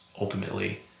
ultimately